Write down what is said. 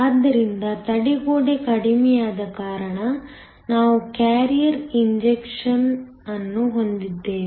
ಆದ್ದರಿಂದ ತಡೆಗೋಡೆ ಕಡಿಮೆಯಾದ ಕಾರಣ ನಾವು ಕ್ಯಾರಿಯರ್ ಇಂಜೆಕ್ಷನ್ ಅನ್ನು ಹೊಂದಿದ್ದೇವೆ